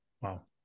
Wow